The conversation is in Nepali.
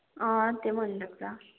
अँ त्यो भनिदिएको छ